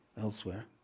elsewhere